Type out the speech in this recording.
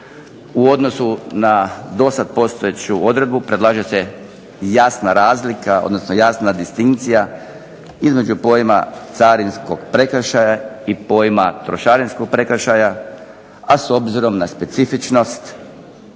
U odnosu na dosad postojeću odredbu predlaže se jasna razlika, odnosno jasna distinkcija između pojma carinskog prekršaja i pojma trošarinskog prekršaja, a s obzirom na specifičnost